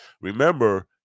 Remember